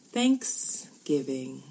Thanksgiving